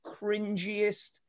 cringiest